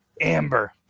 Amber